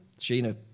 Sheena